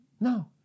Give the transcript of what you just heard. No